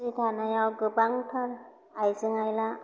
सि दानायाव गोबांथार आइजें आइला